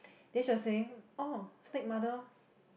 then she was saying oh snake mother